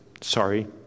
sorry